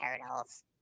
turtles